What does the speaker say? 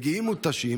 הם מגיעים מותשים,